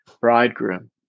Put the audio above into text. bridegroom